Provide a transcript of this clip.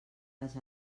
les